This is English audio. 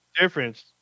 difference